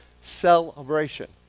celebration